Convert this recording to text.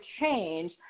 change